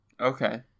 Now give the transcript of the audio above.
Okay